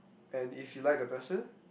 and if you like the person